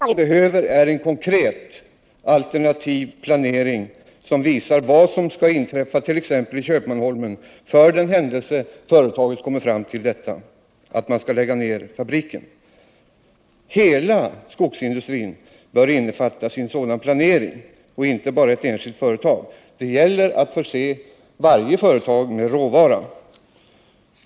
Herr talman! Jag är medveten om att det sammanställts en tjock promemoria, och jag har också ögnat igenom de väsentliga avsnitten. Men jag vill göra gällande att sådana digra promemorior, hur många ord de än innehåller, ger faktiskt inte flera jobb. Vad vi behöver är konkret alternativ planering som visar vad som kan inträffa t.ex. i Köpmanholmen för den händelse företaget kommer fram till att fabriken skall läggas ned. Hela skogsindustrin bör innefattas i en sådan planering och inte bara ett enskilt företag. Det gäller att förse varje företag med råvara.